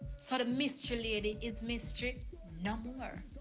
sort of mystery lady is mystery no more.